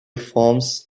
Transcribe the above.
forms